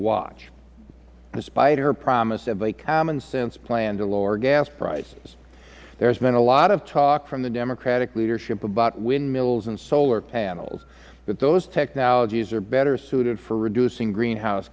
watch despite her promise of a commonsense plan to lower gas prices there has been a lot of talk from the democratic leadership about windmills and solar panels but those technologies are better suited for reducing greenhouse